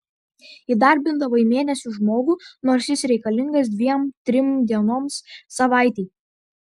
įdarbindavai mėnesiui žmogų nors jis reikalingas dviem trim dienoms savaitei